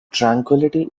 tranquillity